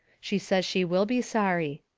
she says she will be sorry.